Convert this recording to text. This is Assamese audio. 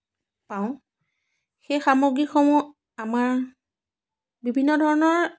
পাওঁ সেই সামগ্ৰীসমূহ আমাৰ বিভিন্ন ধৰণৰ